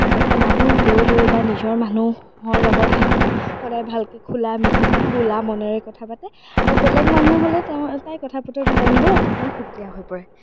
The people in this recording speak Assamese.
আচলতে মানুহ লৈ লৈ বা নিজৰ মানুহৰ লগতহে তাই সদায় ভালকৈ খোলা মেলি খোলা মনেৰে কথা পাতে আৰু বেলেগ মানুহ হ'লে তাই কথা পতাৰ ধৰণবোৰ অকণমান সুকীয়া হৈ পৰে